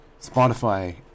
Spotify